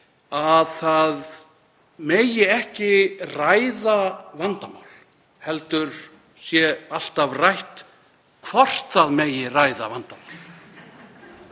að það megi ekki ræða vandamál heldur sé alltaf rætt hvort það megi ræða vandann.